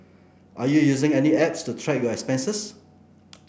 are you using any apps to track your expenses